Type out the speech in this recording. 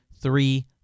three